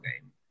game